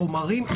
חומרים.